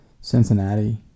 Cincinnati